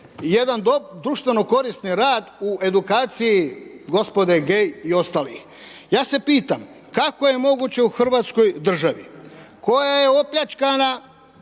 jedan društveno korisni rad u edukaciji gospode gay i ostalih? Ja se pitam, kako je moguće u Hrvatskoj državi koja je opljačkana